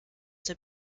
der